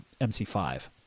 MC5